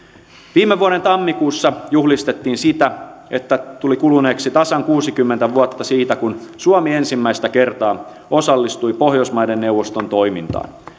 viime vuoden tammikuussa juhlistettiin sitä että tuli kuluneeksi tasan kuusikymmentä vuotta siitä kun suomi ensimmäistä kertaa osallistui pohjoismaiden neuvoston toimintaan